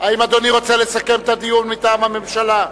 האם אדוני רוצה לסכם את הדיון מטעם הממשלה?